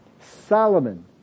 Solomon